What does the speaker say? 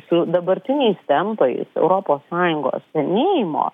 su dabartiniais tempais europos sąjungos senėjimo